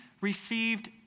received